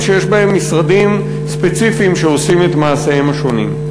שבהם משרדים ספציפיים עושים את מעשיהם השונים.